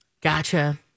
Gotcha